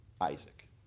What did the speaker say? Isaac